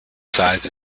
size